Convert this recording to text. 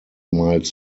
miles